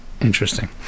Interesting